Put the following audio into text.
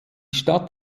stadt